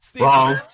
Wrong